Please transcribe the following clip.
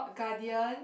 Guardian